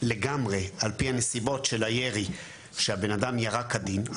לגמרי על פי הנסיבות של הירי שהבן אדם ירה כדין,